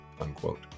unquote